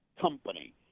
company